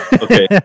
Okay